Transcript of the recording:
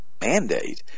mandate